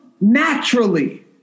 naturally